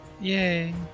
Yay